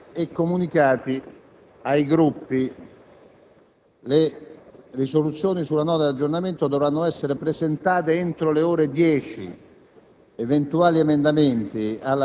Capigruppo del 2 ottobre e comunicati ai Gruppi. Le risoluzioni sulla Nota di aggiornamento dovranno essere presentate entro le ore 10.